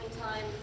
time